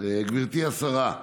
גברתי השרה,